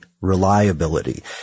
reliability